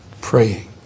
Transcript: praying